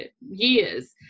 years